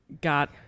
Got